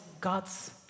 God's